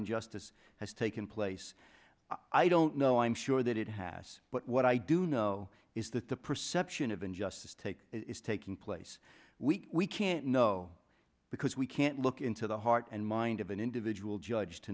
injustice has taken place i don't know i'm sure that it has but what i do know is that the perception of injustice take is taking place we can't know because we can't look into the heart and mind of an individual judge to